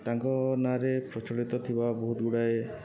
ତାଙ୍କ ନାଁରେ ପ୍ରଚଳିତ ଥିବା ବହୁତ ଗୁଡ଼ାଏ